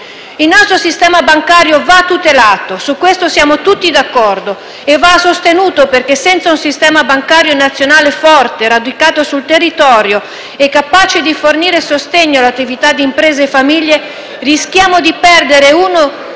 Il nostro sistema bancario va tutelato, su questo siamo tutti d'accordo, e va sostenuto perché senza un sistema bancario nazionale forte, radicato sul territorio e capace di fornire sostegno all'attività di imprese e famiglie, rischiamo di perdere uno